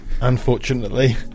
unfortunately